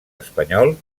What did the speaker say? espanyol